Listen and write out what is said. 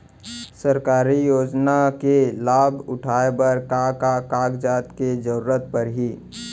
सरकारी योजना के लाभ उठाए बर का का कागज के जरूरत परही